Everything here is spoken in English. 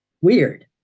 weird